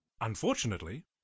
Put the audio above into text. Unfortunately